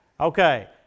Okay